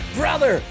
brother